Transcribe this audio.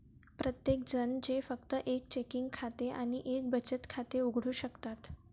प्रत्येकजण जे फक्त एक चेकिंग खाते आणि एक बचत खाते उघडू शकतात